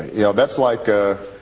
you know that's like ah.